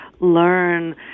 learn